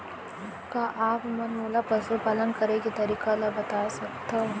का आप मन मोला पशुपालन करे के तरीका ल बता सकथव?